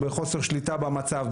בחוסר שליטה במצב,